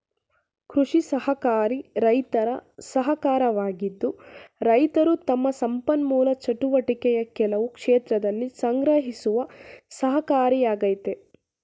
ಕೃಷಿ ಸಹಕಾರಿ ರೈತರ ಸಹಕಾರವಾಗಿದ್ದು ರೈತರು ತಮ್ಮ ಸಂಪನ್ಮೂಲ ಚಟುವಟಿಕೆಯ ಕೆಲವು ಕ್ಷೇತ್ರದಲ್ಲಿ ಸಂಗ್ರಹಿಸುವ ಸಹಕಾರಿಯಾಗಯ್ತೆ